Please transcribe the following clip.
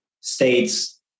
states